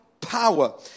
power